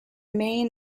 main